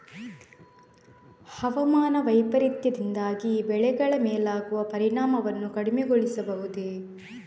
ಹವಾಮಾನ ವೈಪರೀತ್ಯದಿಂದಾಗಿ ಬೆಳೆಗಳ ಮೇಲಾಗುವ ಪರಿಣಾಮವನ್ನು ಕಡಿಮೆಗೊಳಿಸಬಹುದೇ?